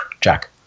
jack